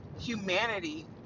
humanity